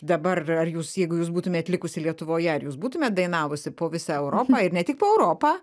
dabar ar jūs jeigu jūs būtumėt likusi lietuvoje ar jūs būtumėt dainavusi po visą europą ir ne tik po europą